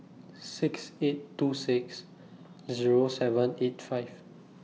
six eight two six Zero seven eight five